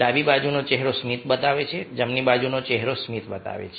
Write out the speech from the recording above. ડાબી બાજુનો ચહેરો સ્મિત બતાવે છે જમણી બાજુનો ચહેરો સ્મિત બતાવે છે